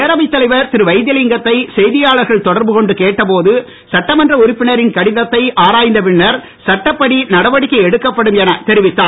பேரவைத் தலைவர் திரு வைத்திலிங்கத்தை செய்தியாளர்கள் தொடர்பு கொண்டு கேட்டபோது சட்டமன்ற உறுப்பினரின் கடிதத்தை ஆராய்ந்த பின்னர் சட்டப்படி நடவடிக்கை எடுக்கப்படும் தெரிவித்தார்